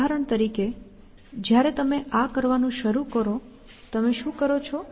ઉદાહરણ તરીકે જ્યારે તમે આ કરવાનું શરૂ કરો તમે શું કરો છો